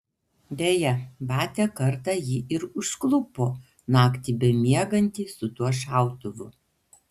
deja batia kartą jį ir užklupo naktį bemiegantį su tuo šautuvu